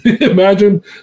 Imagine